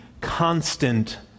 constant